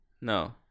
No